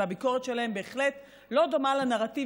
והביקורת שלהם בהחלט לא דומה לנרטיב